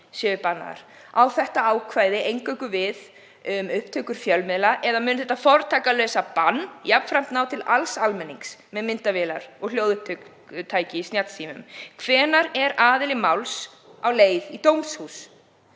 séu bannaðar. Á þetta ákvæði eingöngu við um upptökur fjölmiðla eða mun þetta fortakslausa bann jafnframt ná til alls almennings með myndavélar og hljóðupptökutæki í snjallsímum? Hvenær er aðili máls á leið í dómhús?